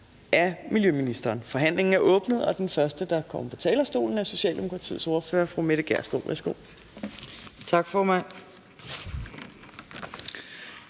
(Trine Torp): Forhandlingen er åbnet. Og den første, der kommer på talerstolen, er Socialdemokratiets ordfører, fru Mette Gjerskov. Værsgo. Kl.